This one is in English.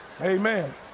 amen